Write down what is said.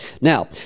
now